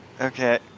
Okay